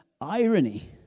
irony